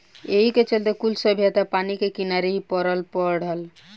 एही के चलते कुल सभ्यता पानी के किनारे ही पलल बढ़ल